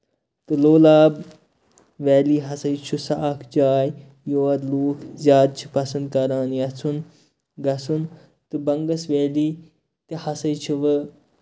تہٕ لولاب ویلی ہسا چھِ سۄ اکھ جاے یور لُکھ زیادٕ چھِ پَسنٚد کران یژھُن گژھُن تہٕ بَنگَس ویلی تہِ ہسا چھُ وۄنۍ